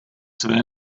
své